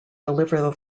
deliver